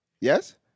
Yes